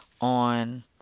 on